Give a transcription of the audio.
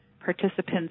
participants